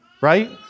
right